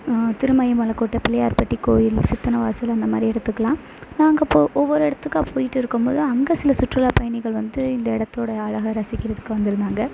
திருமயம் மலை கோட்டை பிள்ளையார்பட்டி கோவில் சித்தனவாசல் அந்தமாதிரி இடத்துக்குலாம் நாங்கள் ஒவ்வொரு இடத்துக்கா போய்ட்டு இருக்கும் போது அங்கே சில சுற்றுலா பயணிகள் வந்து இந்த இடத்தோட அழகை ரசிக்கிறத்துக்கு வந்து இருந்தாங்க